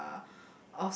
uh